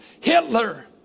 Hitler